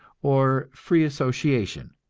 or free association.